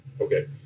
Okay